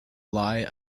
lie